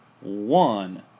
One